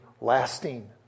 lasting